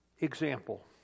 example